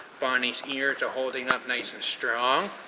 bonnie's ears are holding up nice and strong.